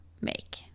make